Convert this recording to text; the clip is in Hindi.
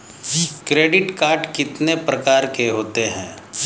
क्रेडिट कार्ड कितने प्रकार के होते हैं?